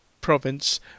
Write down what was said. province